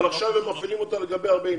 אבל עכשיו הם מפעילים אותה לגבי הרבה עניינים.